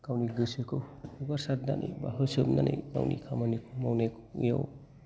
गावनि गोसोखौ हगारसारनानै बा होसोमनानै गावनि खामानिखौ मावनायनियाव